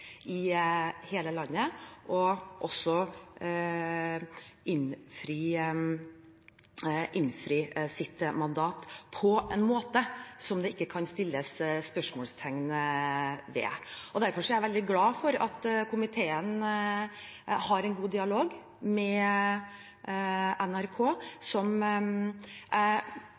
i hele landet, og også innfri sitt mandat på en måte det ikke kan settes spørsmålstegn ved. Derfor er jeg veldig glad for at komiteen har en god dialog med NRK. Slik jeg